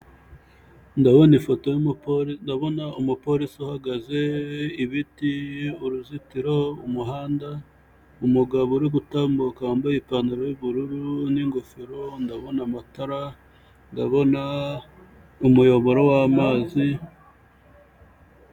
Ndabona ifoto y'umupolisi, ndabona umupolisi uhagaze, ibiti, uruzitiro, umuhanda, umugabo uri gutambuka wambaye ipantaro y'ubururu, n'ingofero, ndabona amatara, ndabona umuyoboro w'amazi.